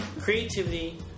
creativity